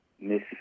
Miss